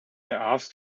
asked